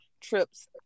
trips